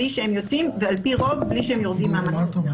בלי שהם יוצאים ועל פי רוב בלי שהם יורדים מהמטוס.